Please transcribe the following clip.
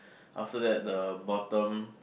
after that the bottom